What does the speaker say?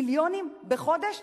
מיליונים בחודש,